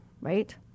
right